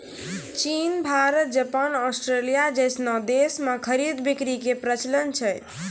चीन Bharat Japan Australia जैसनो देश मे खरीद बिक्री के प्रचलन छै